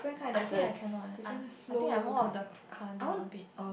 I think I cannot eh I think I more of the cardio a bit